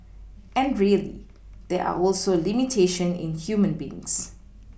and really there are also limitation in human beings